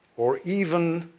or, even,